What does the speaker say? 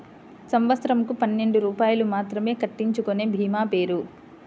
సంవత్సరంకు పన్నెండు రూపాయలు మాత్రమే కట్టించుకొనే భీమా పేరు?